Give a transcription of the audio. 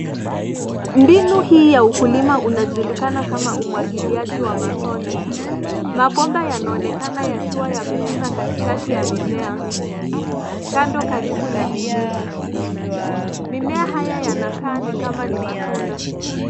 Mbinu hii ya ukulima unajulikana kama umwangiliaji wa matone. Mabomba yanaonekana yakiwa yamepita katikati ya mimea ,kando karibu na mizizi. Mimea haya yanakaa ni kama ni matunda.